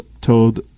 told